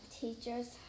teachers